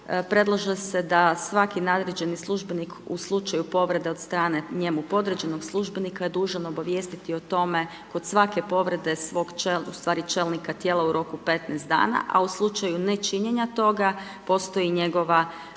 predlaže se da svaki nadređeni službenik, u slučaju povrede od strane, njemu podređenog službenika, je dužan obavijestiti o tome, kod svake povrede, ustvari čelnika tijela u roku 15 dana, a u slučaju nečinjenja toga, postoji njegova